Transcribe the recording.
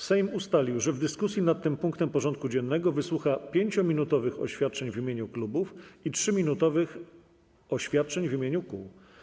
Sejm ustalił, że w dyskusji nad tym punktem porządku dziennego wysłucha 5-minutowych oświadczeń w imieniu klubów i 3-minutowych oświadczeń w imieniu kół.